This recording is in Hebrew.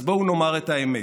אז בואו נאמר את האמת,